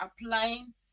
applying